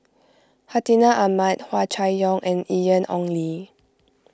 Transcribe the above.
Hartinah Ahmad Hua Chai Yong and Ian Ong Li